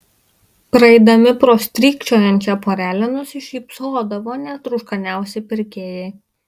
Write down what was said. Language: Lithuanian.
praeidami pro strykčiojančią porelę nusišypsodavo net rūškaniausi pirkėjai